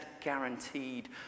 guaranteed